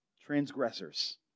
transgressors